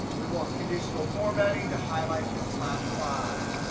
we want conditional formatting to highlight the top five.